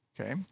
okay